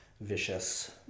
vicious